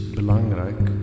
belangrijk